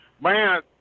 Man